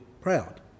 proud